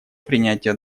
принятия